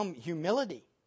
humility